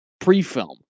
Pre-film